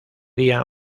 día